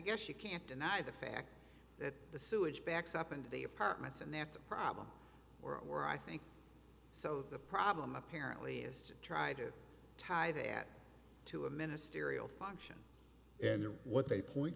guess you can't deny the fact that the sewage backs up and the apartments and that's a problem or i think so the problem apparently is to try to tie the at to a ministerial function and what they point